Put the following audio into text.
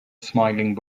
smiling